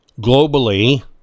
globally